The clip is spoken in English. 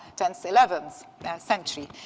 tenth, eleventh century.